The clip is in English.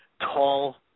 tall